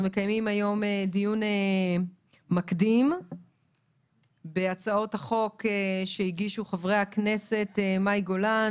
אנחנו מקיימים היום דיון מקדים בהצעות החוק שהגישו חה"כ מאי גולן,